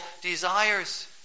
desires